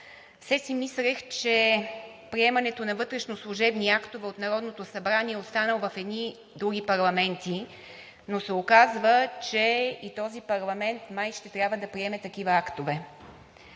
Все си мислех, че приемането на вътрешнослужебни актове от Народното събрание е останал в едни други парламенти, но се оказва, че и този парламент май ще трябва да приеме такива актове.